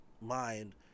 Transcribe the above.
mind